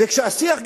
כשהשיח גדל,